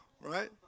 Right